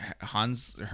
Hans